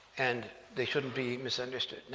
and they shouldn't be misunderstood. now,